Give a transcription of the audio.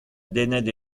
dennet